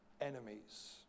enemies